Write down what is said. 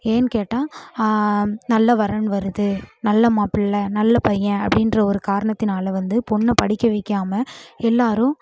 ஏன்னு கேட்டால் நல்ல வரன் வருது நல்ல மாப்பிளை நல்ல பையன் அப்படின்ற ஒரு காரணத்தினால் வந்து பொண்ணை படிக்க வைக்காமல் எல்லோரும்